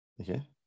Okay